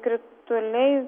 kri tuliai